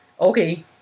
Okay